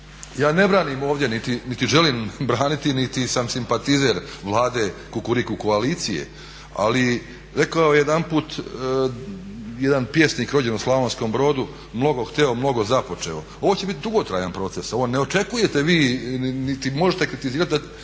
Ja ne branim ovdje niti želim braniti, niti sam simpatizer Vlade Kukuriku koalicije. Ali rekao je jedanput jedan pjesnik rođen u Slavonskom Brodu mnogo hteo, mnogo započeo. Ovo će bit dugotrajan proces, ovo ne očekujete vi niti možete kritizirati da